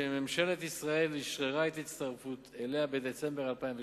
שממשלת ישראל אשררה את ההצטרפות אליה בדצמבר 2008,